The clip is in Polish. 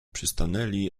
przystanęli